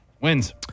wins